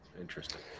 Interesting